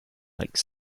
like